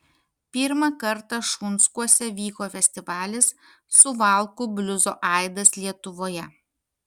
pirmą kartą šunskuose vyko festivalis suvalkų bliuzo aidas lietuvoje